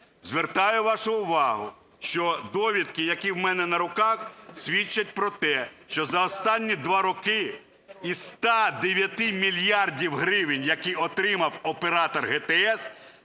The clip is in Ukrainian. Звертаю вашу увагу, що довідки, які у мене на руках, свідчать про те, що за останні два роки із 109 мільярдів гривень, які отримав Оператор ГТС,